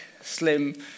slim